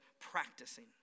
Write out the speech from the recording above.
practicing